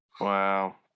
Wow